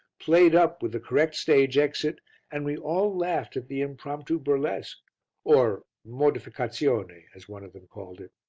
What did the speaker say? played up with the correct stage exit and we all laughed at the impromptu burlesque or modificazione, as one of them called it.